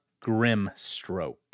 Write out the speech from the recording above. Grimstroke